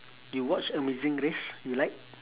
you watch amazing race you like